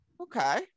Okay